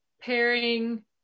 pairing